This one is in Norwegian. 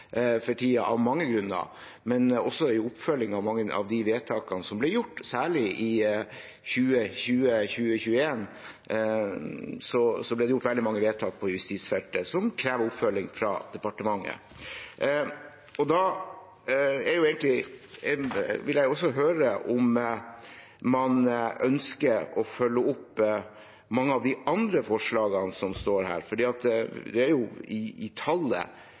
for tiden, av mange grunner, også med oppfølgingen av mange av de vedtakene som ble gjort. Særlig i 2020–2021 ble det gjort veldig mange vedtak på justisfeltet som krever oppfølging fra departementet. Da vil jeg også høre om man ønsker å følge opp mange av de andre forslagene som det står om, for i tall er det vel over ti vedtak som ble fattet i